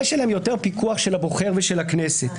יש עליהן יותר פיקוח של הבוחר ושל הכנסת.